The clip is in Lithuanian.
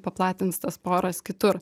paplatins tas sporas kitur